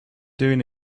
doing